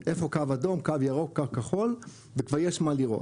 איפה קו אדום, קו ירוק, קו כחול וכבר יש מה לראות.